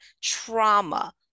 trauma